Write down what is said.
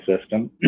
system